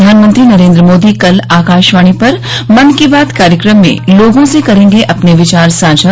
प्रधानमंत्री नरेन्द्र मोदी कल आकाशवाणी पर मन की बात कार्यक्रम में लोगों से करेंगे अपने विचार साझा